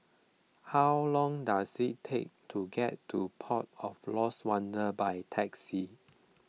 how long does it take to get to Port of Lost Wonder by taxi